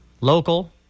Local